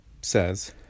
says